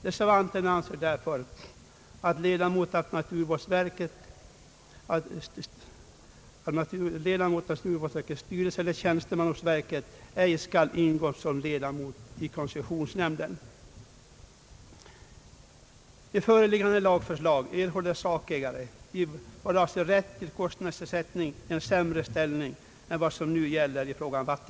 Reservanterna anser därför att ledamot av naturvårdsverket eller tjänsteman hos verket ej skall ingå som ledamot i koncessionsnämnden.